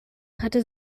hatte